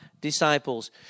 disciples